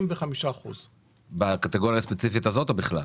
45%. בקטגוריה הספציפית הזאת או בכלל?